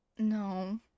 No